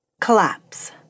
Collapse